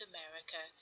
America